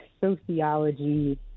sociology